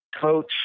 coach